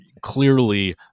clearly